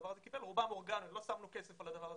כמעט ולא שמנו כסף על הדבר הזה.